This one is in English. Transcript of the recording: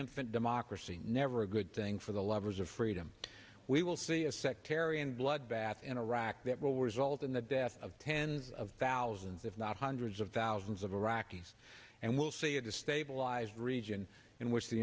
infant democracy never a good thing for the lovers of freedom we will see a sectarian bloodbath in iraq that will result in the death of tens of thousands if not hundreds of thousands of iraqis and we'll see destabilize region in which the